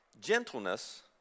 Gentleness